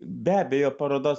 be abejo parodos